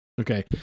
Okay